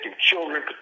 children